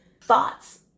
thoughts